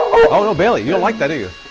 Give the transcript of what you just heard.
um you know bailey you don't like that, do you?